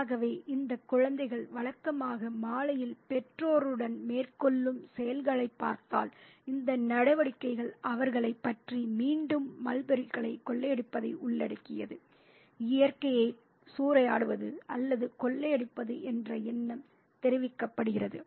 ஆகவே இந்த குழந்தைகள் வழக்கமாக மாலையில் பெற்றோருடன் மேற்கொள்ளும் செயல்களைப் பார்த்தால் இந்த நடவடிக்கைகள் அவர்களைப் பற்றி மீண்டும் மல்பெர்ரிகளை கொள்ளையடிப்பதை உள்ளடக்கியது இயற்கையை சூறையாடுவது அல்லது கொள்ளையடிப்பது என்ற எண்ணம் தெரிவிக்கப்படுகிறது